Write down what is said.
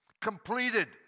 completed